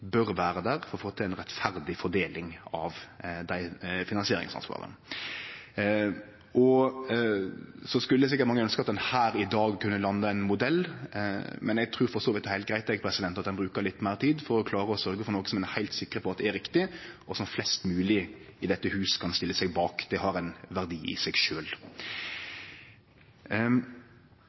bør vere der for å få til ei rettferdig fordeling av finansieringsansvaret. Mange skulle sikkert ønskje at ein her i dag kunne landa på ein modell, men eg trur for så vidt det er heilt greitt at ein bruker litt meir tid for å klare å sørgje for noko som ein er heilt sikker på er riktig, og som flest mogleg i dette hus kan stille seg bak. Det har ein verdi i seg